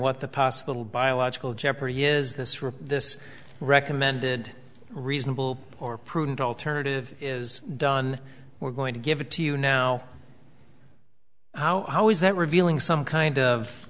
what the possible biological jeopardy is this really this recommended reasonable or prudent alternative is done we're going to give it to you now how is that revealing some kind of